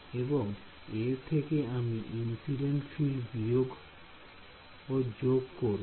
এবং এর থেকে আমি ইন্সিডেন্ট ফিল্ড যোগ ও বিয়োগ করবো